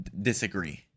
disagree